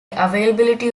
availability